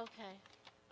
ok